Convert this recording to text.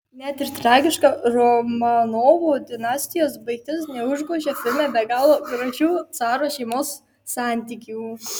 net ir tragiška romanovų dinastijos baigtis neužgožia filme be galo gražių caro šeimos santykių